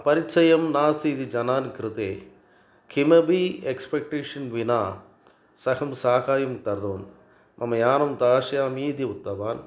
परिचयं नास्ति इति जनान् कृते किमपि एक्सपेक्टेषन् विना सः साहायं करोन् मम यानं दास्यामीति उक्तवान्